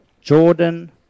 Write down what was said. Jordan